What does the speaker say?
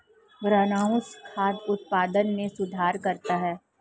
greenhouse खाद्य उत्पादन में सुधार करता है